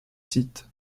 sites